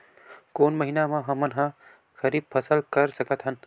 कोन महिना म हमन ह खरीफ फसल कर सकत हन?